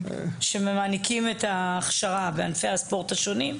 -- שמעניקים את ההכשרה בענפי הספורט השונים.